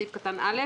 בסעיף קטן (א),